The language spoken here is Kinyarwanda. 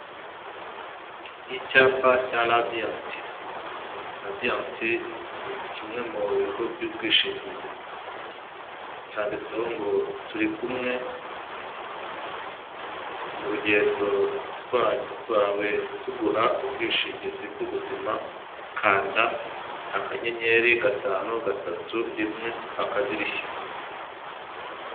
Icyapa cya Radiyanti. Radiyanti ni kimwe mu bigo by'ubwishingizi. Cyanditseho ngo turi kumwe mu rugendo rwawe tuguha ubwishingizi bw'ubuzima, kanda akanyenyeri, gatanu, gatatu, rimwe, akadirishya.